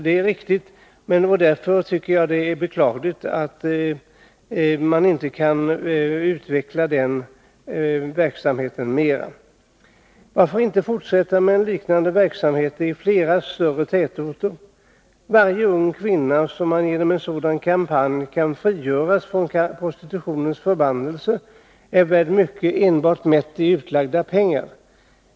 Det är beklagligt att denna verksamhet inte har utvecklats mera. Varför inte fortsätta med liknande verksamhet i flera större tätorter? Varje fall där en ung kvinna genom en sådan kampanj kan frigöras från prostitutionens förbannelse är värt mycket, enbart mätt i utlagda pengar.